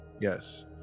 Yes